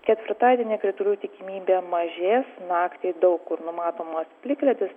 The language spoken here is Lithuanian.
ketvirtadienį kritulių tikimybė mažės naktį daug kur numatomas plikledis